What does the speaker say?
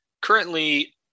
currently